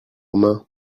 main